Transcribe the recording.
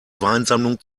weinsammlung